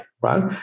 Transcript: right